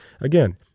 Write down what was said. again